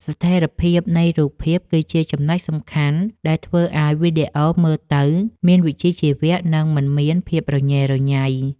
ស្ថេរភាពនៃរូបភាពគឺជាចំណុចសំខាន់ដែលធ្វើឱ្យវីដេអូមើលទៅមានវិជ្ជាជីវៈ និង មិនមានភាពរញ៉េរញ៉ៃ។